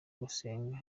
gusengera